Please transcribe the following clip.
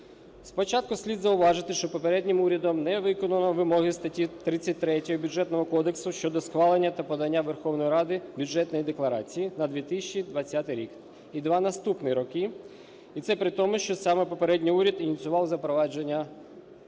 Спочатку слід зауважити, що попереднім урядом не виконано вимоги статті 33 Бюджетного кодексу щодо схвалення та подання Верховній Раді Бюджетної декларації на 2020 рік і два наступні роки. І це при тому, що саме попередній уряд ініціював запровадження такої декларації.